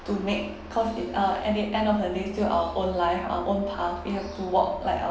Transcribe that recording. to make cause it uh at the end of the day still our own life our own path we have to walk like